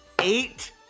eight